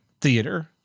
theater